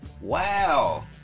Wow